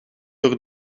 door